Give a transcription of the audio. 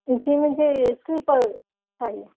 جی مجھے سلیپر چاہیے